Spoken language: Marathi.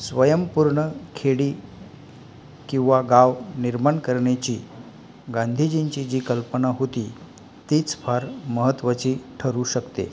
स्वयंपूर्ण खेडी किंवा गाव निर्माण करण्याची गांधीजींची जी कल्पना होती तीच फार महत्त्वाची ठरू शकते